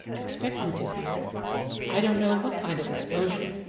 expecting to hear i don't know what kind of explosion.